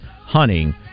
hunting